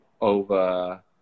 over